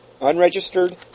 Unregistered